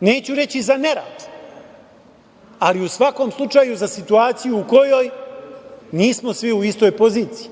neću reći za nerad, ali u svakom slučaju za situaciju u kojoj nismo svi u istoj poziciji